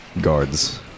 guards